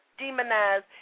demonize